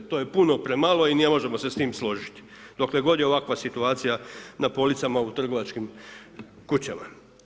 To je puno premalo i ne možemo se s tim složiti, dokle god je ovakva situacija na policama trgovačkim kućama.